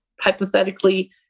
hypothetically